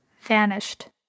vanished